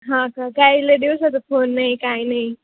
हां का काय लै दिवसात फोन नाही काही नाही